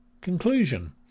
conclusion